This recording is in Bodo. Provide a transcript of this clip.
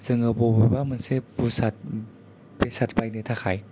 जोङो बबेबा मोनसे बेसाद बेसाद बायनो थाखाय